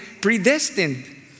predestined